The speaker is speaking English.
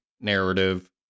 narrative